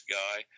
guy